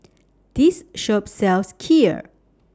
This Shop sells Kheer